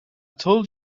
told